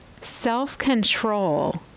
self-control